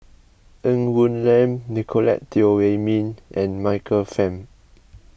Ng Woon Lam Nicolette Teo Wei Min and Michael Fam